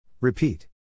Repeat